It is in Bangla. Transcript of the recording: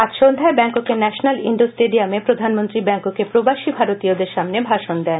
আজ সন্ধ্যায় ব্যাঙ্ককের ন্যাশনাল ইন্ডোর স্টেডিয়ামে প্রধানমন্ত্রী ব্যাঙ্ককের প্রবাসী ভারতীয়দের সামনে ভাষণ দেন